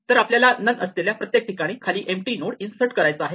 तर आपल्याला नन असलेल्या प्रत्येक ठिकाणी खाली एम्पटी नोड इन्सर्ट करायचा आहे